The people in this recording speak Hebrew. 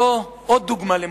זו עוד דוגמה למנהיגות.